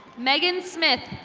megan smith.